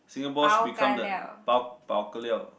Singapore should become the bao-ka-liao